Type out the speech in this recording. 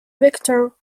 victor